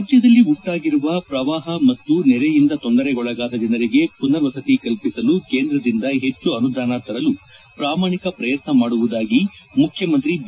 ರಾಜ್ಯದಲ್ಲಿ ಉಂಟಾಗಿರುವ ಪ್ರವಾಪ ಮತ್ತು ನೆರೆಯಿಂದ ತೊಂದರೆಗೊಳಗಾದ ಜನರಿಗೆ ಪುನರ್ವಸತಿ ಕಲ್ಪಿಸಲು ಕೇಂದ್ರದಿಂದ ಹೆಚ್ಚು ಅನುದಾನ ತರಲು ಪ್ರಾಮಾಣಿಕ ಪ್ರಯತ್ನ ಮಾಡುವುದಾಗಿ ಮುಖ್ಯಮಂತ್ರಿ ಬಿ